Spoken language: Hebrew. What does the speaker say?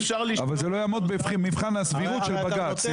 ואפשר --- אבל זה לא יעמוד במבחן הסבירות של בג"ץ.